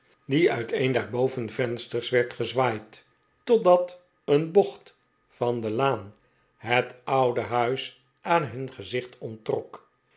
die uit een der bovenvensters werd gezwaaid totdat een bocht van de laan het oude huis aan hun gezicht onttrok